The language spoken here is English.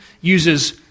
uses